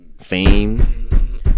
Fame